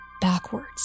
backwards